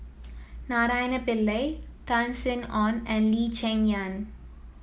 Naraina Pillai Tan Sin Aun and Lee Cheng Yan